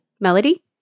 Melody